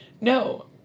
No